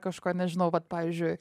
kažko nežinau vat pavyzdžiui